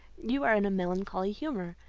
you are in a melancholy humour,